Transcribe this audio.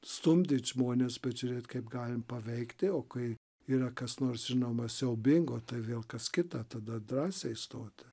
stumdyt žmones bet žiūrėt kaip galim paveikti o kai yra kas nors žinoma siaubingo tai vėl kas kita tada drąsiai stoti